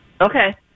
Okay